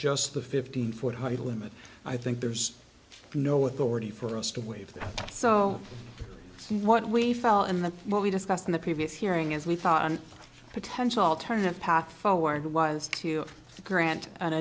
just the fifteen foot height limit i think there's no authority for us to waive that so what we fell in the more we discussed in the previous hearing as we thought on potential alternative path forward was to grant an